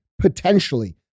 potentially